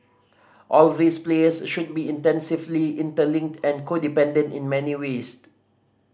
all these players should be intensively interlinked and codependent in many ways